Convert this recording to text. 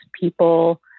people